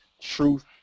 truth